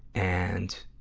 and,